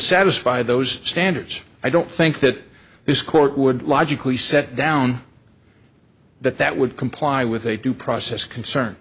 satisfy those standards i don't think that this court would logically set down that that would comply with a due process concern